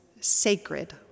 sacred